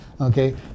Okay